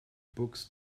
books